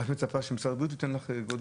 את מצפה שמשרד הבריאות ייתן לך עוד תקנים?